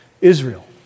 Israel